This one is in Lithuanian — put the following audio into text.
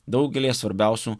daugelyje svarbiausių